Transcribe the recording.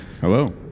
Hello